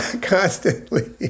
constantly